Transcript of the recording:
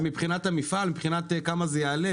מבחינת המפעל, מבחינת כמה זה יעלה?